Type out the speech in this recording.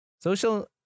social